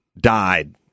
died